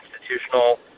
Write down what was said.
institutional